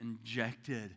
injected